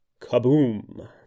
kaboom